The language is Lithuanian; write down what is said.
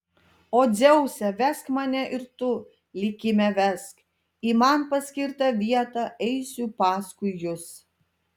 o dzeuse vesk mane ir tu likime vesk į man paskirtą vietą eisiu paskui jus